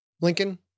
Lincoln